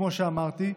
כמו שאמרתי,